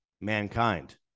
mankind